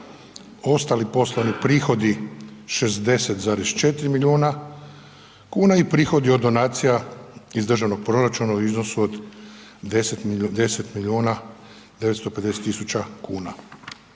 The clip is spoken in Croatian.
ostali poslovni prihodi 60,4 milijuna kuna i prihodi od donacija iz državnog proračuna u iznosu od 10 milijuna, 950 tisuća kuna.